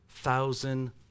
thousand